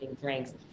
drinks